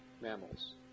mammals